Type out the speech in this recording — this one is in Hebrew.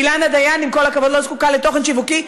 אילנה דיין, עם כל הכבוד, לא זקוקה לתוכן שיווקי.